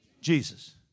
Jesus